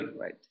right